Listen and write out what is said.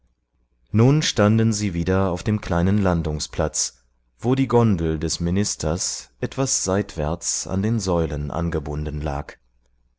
nun standen sie wieder auf dem kleinen landungsplatz wo die gondel des ministers etwas seitwärts an den säulen angebunden lag